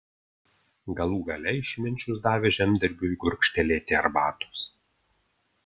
galų gale išminčius davė žemdirbiui gurkštelėti arbatos